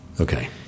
Okay